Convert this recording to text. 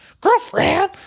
Girlfriend